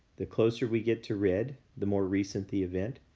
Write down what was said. the closer we get to red, the more recent the event.